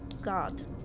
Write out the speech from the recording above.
god